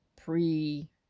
pre